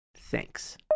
Thanks